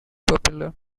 popular